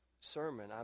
sermon